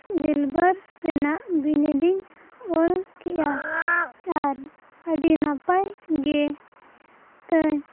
ᱜᱮᱞᱵᱟᱨ ᱨᱮᱱᱟᱜ ᱵᱤᱱᱤᱰᱤᱧ ᱚᱞᱠᱮᱫᱼᱟ ᱟᱨ ᱟᱹᱰᱤ ᱱᱟᱯᱟᱭᱜᱮ ᱛᱟᱹᱭ